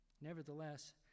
Nevertheless